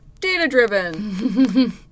data-driven